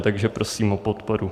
Takže prosím o podporu.